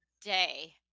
day